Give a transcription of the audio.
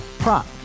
Prop